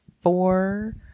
four